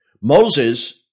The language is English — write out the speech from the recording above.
Moses